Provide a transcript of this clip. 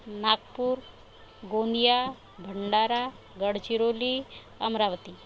Nagpur Gondia Bhandara Gadchiroli Amravati